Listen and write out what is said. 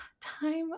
time